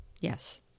Yes